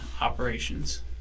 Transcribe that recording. operations